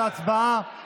לא, אני הצעתי למנסור עבאס